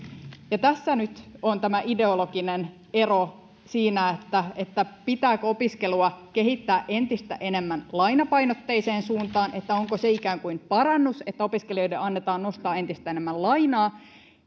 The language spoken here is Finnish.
ja tässä nyt on ideologinen ero siinä pitääkö opiskelua kehittää entistä enemmän lainapainotteiseen suuntaan onko se ikään kuin parannus että opiskelijoiden annetaan nostaa entistä enemmän lainaa